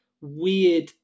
weird